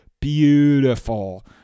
beautiful